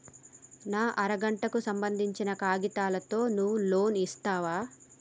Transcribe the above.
నా అర గంటకు సంబందించిన కాగితాలతో నువ్వు లోన్ ఇస్తవా?